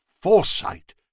foresight